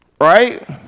Right